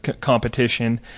competition